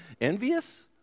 envious